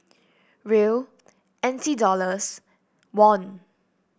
Riel N T Dollars Won